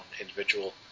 individual